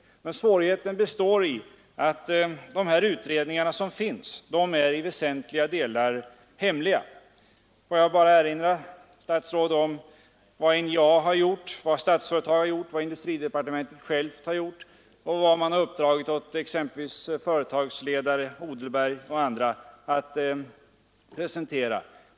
Men svårigheten består i att de utredningar som finns är hemliga i väsentliga delar. Får jag bara erinra statsrådet om vad NJA har gjort, vad Statsföretag och industridepartementet självt har gjort och vad man har uppdragit åt exempelvis företagsledare — Odelberg och andra — att presentera.